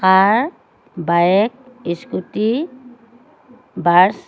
car bike scooty bus